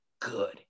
good